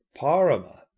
Parama